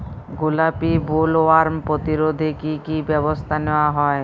গোলাপী বোলওয়ার্ম প্রতিরোধে কী কী ব্যবস্থা নেওয়া হয়?